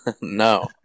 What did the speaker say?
No